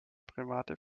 private